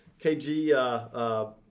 KG